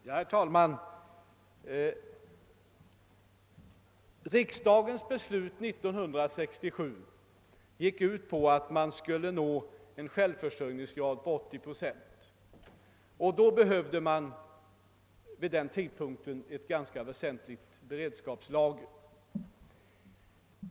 Herr talman! Riksdagens beslut år 1967 gick ut på att vi skulle uppnå en självförsörjningsgrad på 80 procent. Vid den tidpunkten behövdes därför ett ganska väsentligt beredskapslager.